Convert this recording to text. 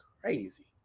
crazy